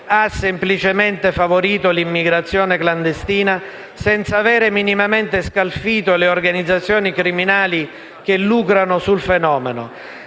ha semplicemente favorito l'immigrazione clandestina senza avere minimamente scalfito le organizzazioni criminali che lucrano sul fenomeno.